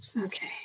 okay